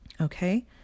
Okay